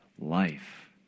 life